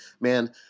Man